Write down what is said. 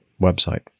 website